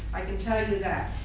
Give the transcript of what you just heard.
i can tell you that.